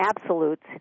absolutes